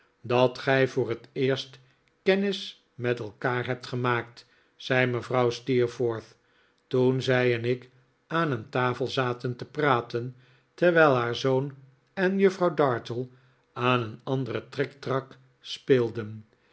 dat gij voor het eerst kennis met elkaar hebt gemaakt zei mevrouw steerforth toen zij en ik aan een tafel zaten te praten terwijl haar zoon en juffrouw dartle aan een andere triktrak speelden